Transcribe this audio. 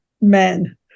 men